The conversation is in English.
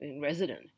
resident